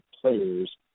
players